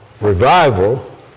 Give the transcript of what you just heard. Revival